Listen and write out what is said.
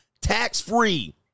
tax-free